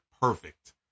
perfect